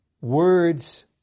Words